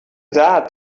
that